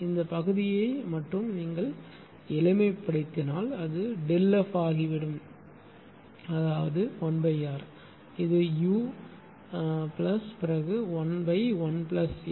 இந்த பகுதியை மட்டும் நீங்கள் எளிமைப்படுத்தினால் அது ΔF ஆகிவிடும் அதாவது 1R இது u ஆனது பிளஸ் பிறகு 11STg E